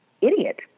idiot